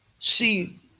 See